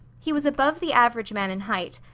he was above the average man in height,